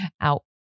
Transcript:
out